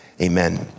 amen